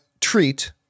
Treat